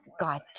God